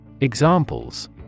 Examples